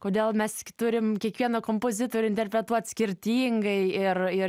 kodėl mes turim kiekvieną kompozitorių interpretuot skirtingai ir ir